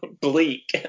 bleak